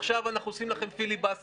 עכשיו אנחנו עושים לכם פיליבסטר,